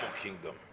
kingdom